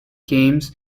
games